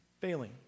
Failing